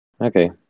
Okay